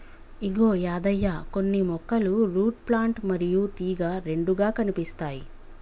ఇగో యాదయ్య కొన్ని మొక్కలు root plant మరియు తీగ రెండుగా కనిపిస్తాయి